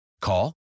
Call